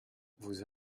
vous